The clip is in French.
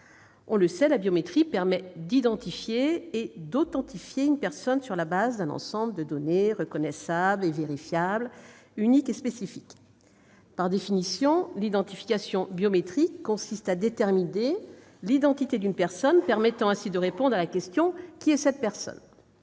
individu. La biométrie permet d'identifier et d'authentifier une personne sur la base d'un ensemble de données reconnaissables, vérifiables, uniques et spécifiques. Plus précisément, l'identification biométrique consiste à déterminer l'identité d'une personne, donc de répondre à la question : qui est-elle ? Quant à